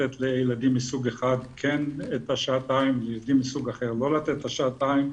לתת לילדים מסוג אחד כן את השעתיים ולילדים מסוג אחר לא לתת את השעתיים.